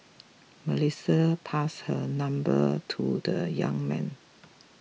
Melissa passed her number to the young man